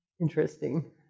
interesting